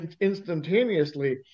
instantaneously